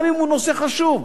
גם אם הוא נושא חשוב.